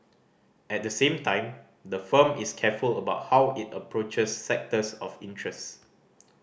at the same time the firm is careful about how it approaches sectors of interest